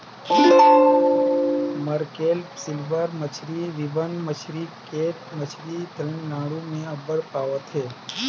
mackerel, silver मछरी, ribbon मछरी, cat मछरी तमिलनाडु में अब्बड़ पवाथे